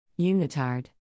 Unitard